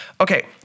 Okay